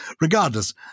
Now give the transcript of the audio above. Regardless